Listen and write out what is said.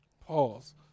Pause